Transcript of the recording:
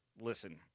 listen